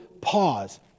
pause